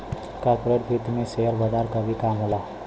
corporate वित्त में share बजार क भी काम होला